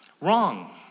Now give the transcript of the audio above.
Wrong